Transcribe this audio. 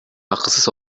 акысыз